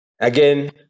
again